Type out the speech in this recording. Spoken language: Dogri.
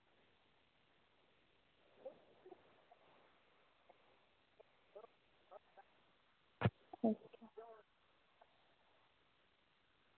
अच्छा